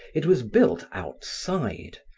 it was built outside,